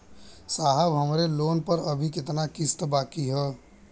साहब हमरे लोन पर अभी कितना किस्त बाकी ह?